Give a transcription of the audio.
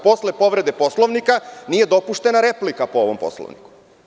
Posle povrede Poslovnika nije dopuštena replika po ovom Poslovniku.